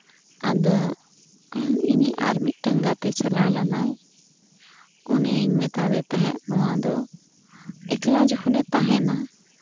ᱟᱫᱚ ᱤᱧᱤᱡ ᱟᱨ ᱢᱤᱫᱴᱟᱱ ᱜᱟᱛᱮᱭ ᱪᱟᱞᱟᱣ ᱞᱮᱱᱟᱭ ᱩᱱᱤᱧ ᱢᱮᱛᱟ ᱫᱮ ᱛᱟᱦᱮᱸᱫ ᱱᱚᱣᱟ ᱫᱚ ᱮᱠᱞᱟ ᱡᱚᱠᱷᱚᱱᱮ ᱛᱟᱦᱮᱸᱱᱟ